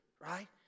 right